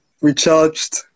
recharged